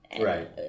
Right